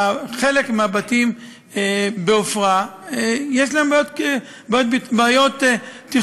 לחלק מהבתים בעפרה יש בעיות תכנוניות,